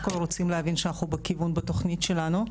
הכול רוצים להבין שאנחנו בכיוון בתוכנית שלנו,